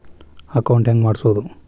Account ಹೆಂಗ್ ಮಾಡ್ಸೋದು?